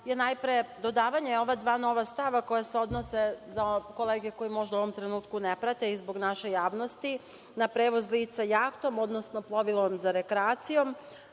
je najpre dodavanje ova dva nova stava, koja se odnose, za kolege koji možda u ovom trenutku ne prate i zbog naše javnosti, na prevoz lica jahtom, odnosnom plovilom za rekreaciju